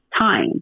time